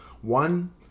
One